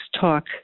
talk